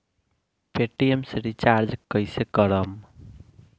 Paytm से recharge कईसे करम?